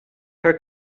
her